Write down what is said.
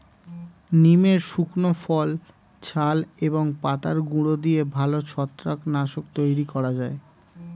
নিমের শুকনো ফল, ছাল এবং পাতার গুঁড়ো দিয়ে ভালো ছত্রাক নাশক তৈরি করা যায়